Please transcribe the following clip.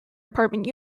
department